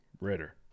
Ritter